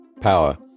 power